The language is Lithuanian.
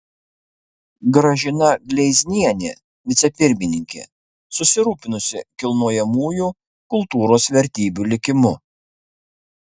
gražina gleiznienė vicepirmininkė susirūpinusi kilnojamųjų kultūros vertybių likimu